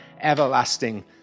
everlasting